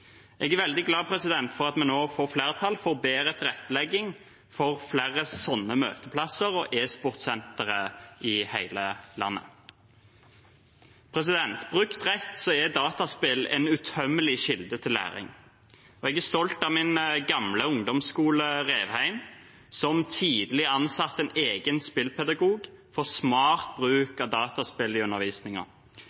Jeg er veldig glad for at vi nå får flertall for bedre tilrettelegging for flere sånne møteplasser og e-sportsentre i hele landet. Brukt rett er dataspill en utømmelig kilde til læring. Jeg er stolt av min gamle ungdomsskole Revheim, som tidlig ansatte en egen spillpedagog for smart